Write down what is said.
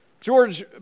George